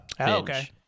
okay